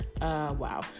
Wow